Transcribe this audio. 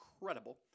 incredible